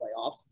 playoffs